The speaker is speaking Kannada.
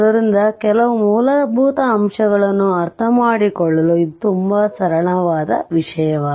ಆದ್ದರಿಂದ ಕೆಲವು ಮೂಲಭೂತ ಅಂಶಗಳನ್ನು ಅರ್ಥಮಾಡಿಕೊಳ್ಳಲು ಇದು ತುಂಬಾ ಸರಳವಾದ ವಿಷಯ